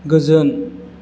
गोजोन